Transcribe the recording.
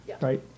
right